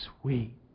sweet